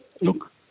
look